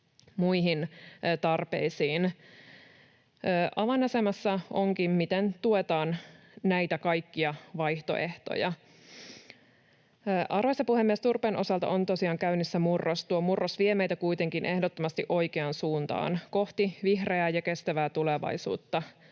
muihin tarpeisiin. Avainasemassa onkin, miten tuetaan näitä kaikkia vaihtoehtoja. Arvoisa puhemies! Turpeen osalta on tosiaan käynnissä murros. Tuo murros vie meitä kuitenkin ehdottomasti oikeaan suuntaan, kohti vihreää ja kestävää tulevaisuutta.